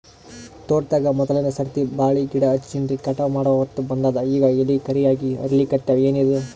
ತೋಟದಾಗ ಮೋದಲನೆ ಸರ್ತಿ ಬಾಳಿ ಗಿಡ ಹಚ್ಚಿನ್ರಿ, ಕಟಾವ ಮಾಡಹೊತ್ತ ಬಂದದ ಈಗ ಎಲಿ ಕರಿಯಾಗಿ ಹರಿಲಿಕತ್ತಾವ, ಏನಿದು?